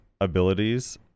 abilities